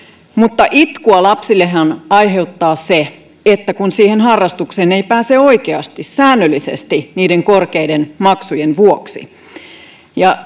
mutta lapsillehan aiheuttaa itkua se kun siihen harrastukseen ei pääse oikeasti säännöllisesti niiden korkeiden maksujen vuoksi ja